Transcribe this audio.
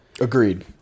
Agreed